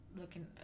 looking